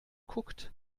guckt